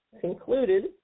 concluded